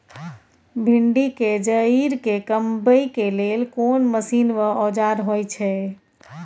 भिंडी के जईर के कमबै के लेल कोन मसीन व औजार होय छै?